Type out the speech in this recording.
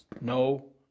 no